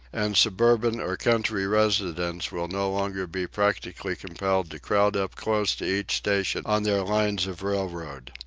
and suburban or country residents will no longer be practically compelled to crowd up close to each station on their lines of railroad.